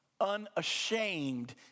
unashamed